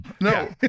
No